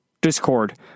Discord